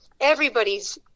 Everybody's